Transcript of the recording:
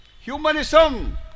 Humanism